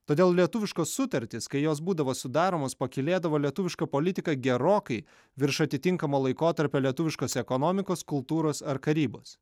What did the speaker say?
todėl lietuviška sutartys kai jos būdavo sudaromos pakylėdavo lietuvišką politiką gerokai virš atitinkamo laikotarpio lietuviškos ekonomikos kultūros ar karybos